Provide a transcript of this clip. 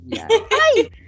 Hi